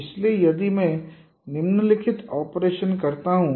इसलिए यदि मैं निम्नलिखित ऑपरेशन करता हूं